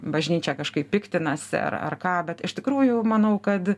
bažnyčia kažkaip piktinasi ar ar ką bet iš tikrųjų manau kad